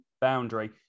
boundary